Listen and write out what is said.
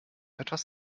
etwas